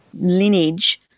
lineage